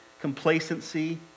complacency